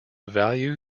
value